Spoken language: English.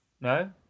No